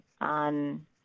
on